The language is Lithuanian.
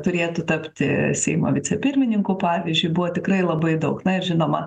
turėtų tapti seimo vicepirmininku pavyzdžiu buvo tikrai labai daug na ir žinoma